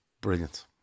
brilliant